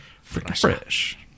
Fresh